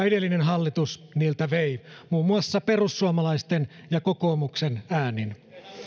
edellinen hallitus niiltä vei muun muassa perussuomalaisten ja kokoomuksen äänin